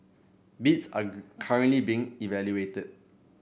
bids are currently being evaluated